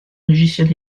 logiciels